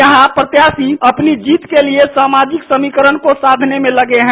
यहां प्रत्याशी अपनी जीत के लिए सामाजिक समीकरण को साधने में लगे हैं